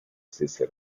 stesse